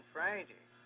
Friday